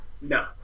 no